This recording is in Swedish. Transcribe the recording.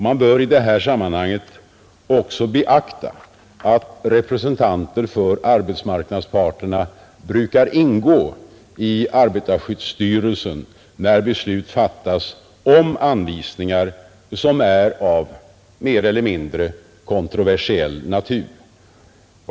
Man bör i sammanhanget också beakta att representanter för arbetsmarknadsparterna brukar ingå i arbetarskyddsstyrelsen när beslut fattas om anvisningar som är av mer eller mindre kontroversiell natur.